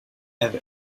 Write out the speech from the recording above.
have